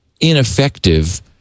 ineffective